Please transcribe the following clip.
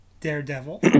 daredevil